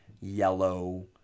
yellow